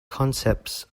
concepts